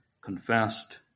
Confessed